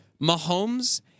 Mahomes